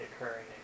occurring